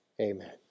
Amen